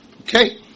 Okay